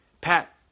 Pat